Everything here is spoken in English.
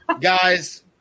guys